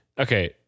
Okay